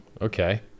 okay